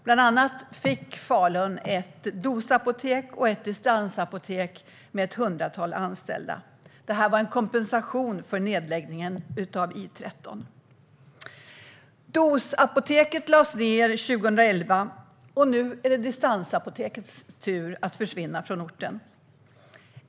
Bland annat fick Falun ett dosapotek och ett distansapotek med ett hundratal anställda. Det var en kompensation för nedläggningen av I13. Dosapoteket lades ned 2011, och nu är det distansapotekets tur att försvinna från orten.